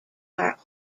are